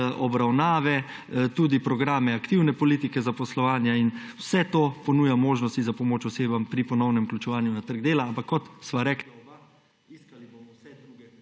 obravnave, tudi programe aktivne politike zaposlovanja. Vse to ponuja možnosti za pomoč osebam pri ponovnem vključevanju na trg dela. Ampak kot sva rekla oba, iskali bomo prej vse druge